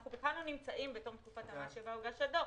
אנחנו בכלל לא נמצאים בתום תקופת המס שבה הוגש הדוח,